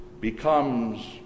becomes